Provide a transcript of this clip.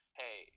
hey